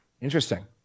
Interesting